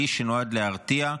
כלי שנועד להרתיע,